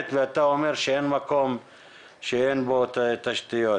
ואתה אומר שאין מקום שאין בו תשתיות.